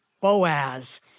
Boaz